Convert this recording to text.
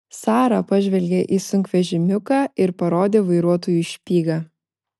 sara pažvelgė į sunkvežimiuką ir parodė vairuotojui špygą